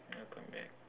welcome back